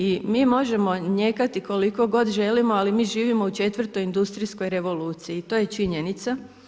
I mi možemo nijekati koliko god želimo, ali mi živimo u 4. industrijskog revoluciji i to je činjenica.